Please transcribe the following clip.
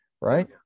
right